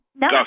No